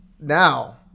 Now